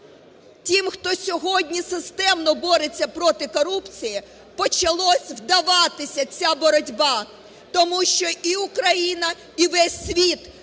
тим, хто сьогодні системно бореться проти корупції, почалась вдаватися ця боротьба, тому що і Україна, і весь світ